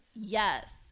Yes